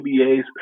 NBA's